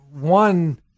One